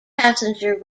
passenger